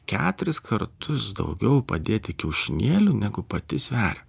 keturis kartus daugiau padėti kiaušinėlių negu pati sveria